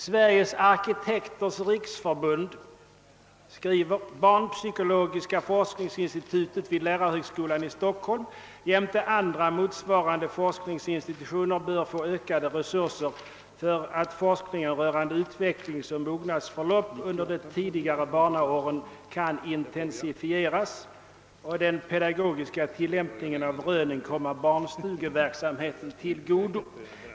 Sveriges arkitekters riksförbund skriver: »Barnpsykologiska forskningsinstitutet vid lärarhögskolan i Stockholm jämte andra motsvarande forskningsinstitutioner bör få ökade resurser så att forskningen rörande utvecklingsoch mognadsförlopp under de tidigare barnaåren kan intensifieras och den pedagogiska tillämpningen av rönen komma barnstugeverksamheten till godo.